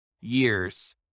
years